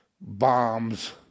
bombs